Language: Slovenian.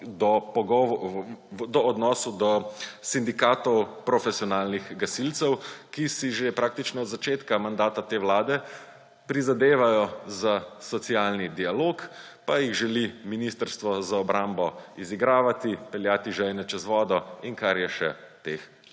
v odnosu do Sindikata profesionalnih gasilcev, ki si že praktično od začetka mandata te vlade prizadevajo za socialni dialog, pa jih želi Ministrstvo za obrambo izigravati, peljati žejne čez vodo in kar je še teh